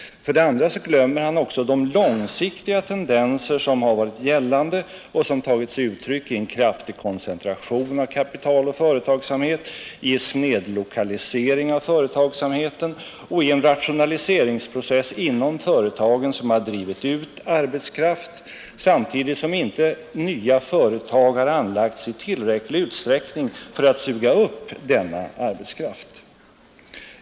För det andra glömmer han också de långsiktiga tendenser som har varit gällande och som tagit sig uttryck i en kraftig koncentration av kapital och företagsamhet, i snedlokalisering av företagsamheten och i en rationaliseringsprocess inom företagen som har drivit ut arbetskraft samtidigt som nya företag inte har anlagts i tillräcklig utsträckning för att suga upp denna arbetskraft.